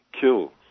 kill